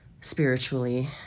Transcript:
spiritually